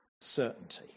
certainty